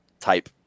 type